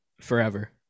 Forever